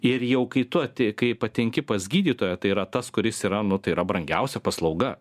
ir jau kai tu ati kai patenki pas gydytoją tai yra tas kuris yra nu tai yra brangiausia paslauga